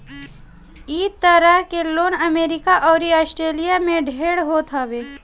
इ तरह के लोन अमेरिका अउरी आस्ट्रेलिया में ढेर होत हवे